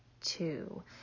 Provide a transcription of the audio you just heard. two